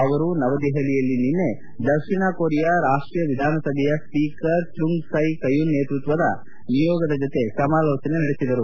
ಅವರು ನವದೆಹಲಿಯಲ್ಲಿ ನಿನ್ನೆ ದಕ್ಷಿಣ ಕೊರಿಯಾದ ರಾಷ್ಟೀಯ ವಿಧಾನಸಭೆಯ ಸ್ವೀಕರ್ ಚುಂಗ್ ಸೈ ಕಯೂನ್ ನೇತೃತ್ವದ ನಿಯೋಗದ ಜೊತೆ ಸಮಾಲೋಚನೆ ನಡೆಸಿದರು